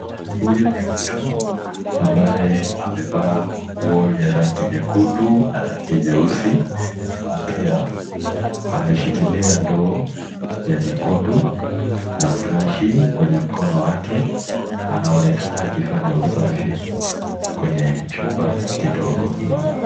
Huyu ni mtu, ambaye amevaa nguo ya rangi nyekundu na rangi nyeusi. Pia, ameshikilia ndoo ya nyekundu na brashi kwenye mkono wake, anaonekana akifanya usafi kwenye chumba kidogo.